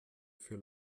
für